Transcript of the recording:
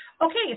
Okay